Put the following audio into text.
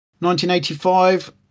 1985